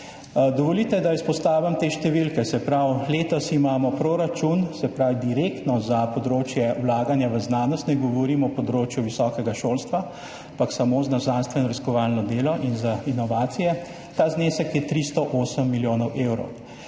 Dovolite, da izpostavim te številke. Letos imamo v proračunu direktno za področje vlaganja v znanost, ne govorim o področju visokega šolstva, ampak samo za znanstvenoraziskovalno delo in za inovacije, ta znesek je 308 milijonov evrov.